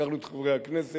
לקחנו את חברי הכנסת,